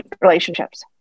relationships